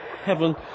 heaven